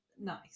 nice